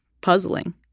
puzzling